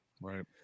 Right